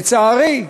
לצערי,